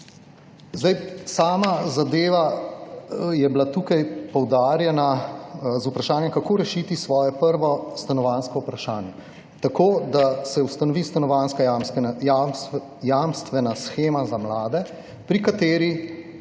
laži. Sama zadeva je bila tukaj poudarjena z vprašanjem, kako rešiti svoje prvo stanovanjsko vprašanje. Tako, da se ustanovi stanovanjska jamstvena shema za mlade, pri kateri